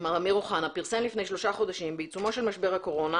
מר' אמיר אוחנה פרסם לפני שלושה חודשים בעיצומו של משבר הקורונה